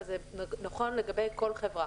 אבל זה נכון לגבי כל חברה: